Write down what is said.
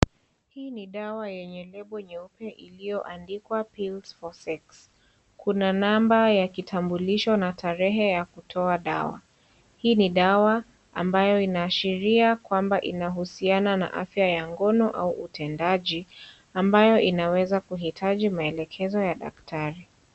Hii ni dawa yenye label nyeupe iliyoandikwa pills for sex . Kuna namba ya kitambulisho na tarehe ya kutoa dawa. Hii ni dawa ambayo inaashiria kwamba inahusiana na afya ya ngono au utendaji, ambayo inaweza kuhitaji maelekezo ya daktari.